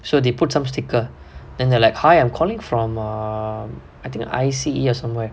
so they put some sticker then they like hi I'm calling from err I think I_C_A or something like that